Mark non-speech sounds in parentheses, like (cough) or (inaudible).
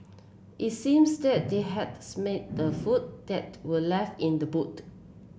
it seems that they had (unintelligible) the food that were left in the boot